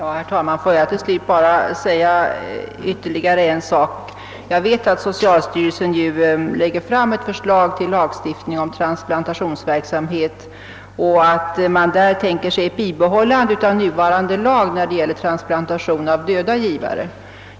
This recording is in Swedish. Herr talman! Får jag till slut bara säga ytterligare en sak. Jag vet att socialstyrelsen kommer att lägga fram ett förslag till lagstiftning om transplantationsverksamhet och att man där tänker sig att bibehålla nuvarande lag när det gäller transplantation från döda givare.